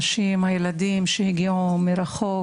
לנשים ולילדים שהגיעו מרחוק,